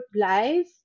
life